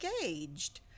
engaged